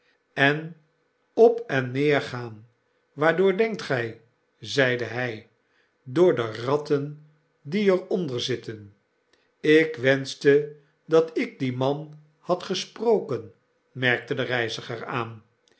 en op en neer gaan waardoor denkt gy zeide hy door de ratten die er onder zitten ik wenschte dat ik dien man had gesproken merkte de reiziger aan